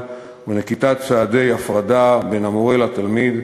ונקיטת צעדי הפרדה בין המורה לתלמיד,